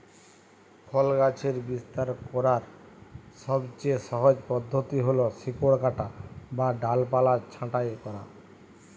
ফল গাছের বিস্তার করার সবচেয়ে সহজ পদ্ধতি হল শিকড় কাটা বা ডালপালা ছাঁটাই করা